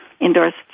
endorsed